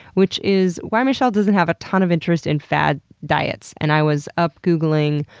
which is why michelle doesn't have a ton of interest in fad diets and i was up googling,